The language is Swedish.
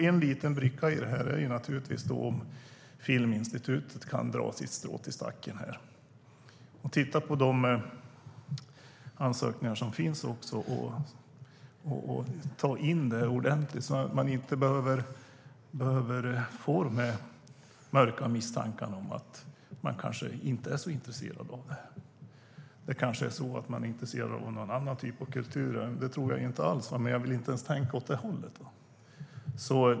En liten bricka i detta är det naturligtvis om Filminstitutet kan dra sitt strå till stacken, titta på de ansökningar som finns och ta in det ordentligt, så att man inte behöver få de mörka misstankarna om att de kanske inte är så intresserade av det här utan kanske är intresserade av någon annan typ av kultur. Det tror jag inte alls - jag vill inte ens tänka åt det hållet.